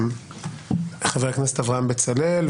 חבר הכנסת אברהם בצלאל,